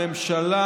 הממשלה,